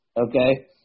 okay